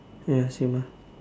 ya same ah